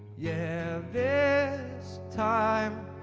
yeah, this time